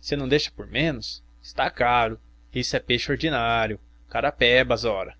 você não deixa por menos está caro isso é peixe ordinário carapebas ora